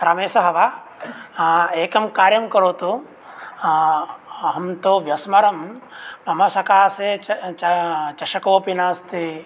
रमेशः वा एकं कार्यं करोतु अहं तु व्यस्मरं मम सकाशे चषकोऽपि नास्ति